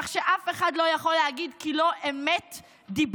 כך שאף אחד לא יכול להגיד כי לא אמת דיברתי.